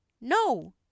no